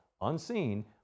unseen